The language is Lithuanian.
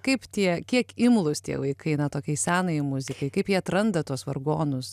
kaip tie kiek imlūs tie vaikai na tokiai senai muzikai kaip jie atranda tuos vargonus